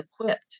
equipped